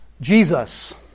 Jesus